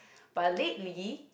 but lately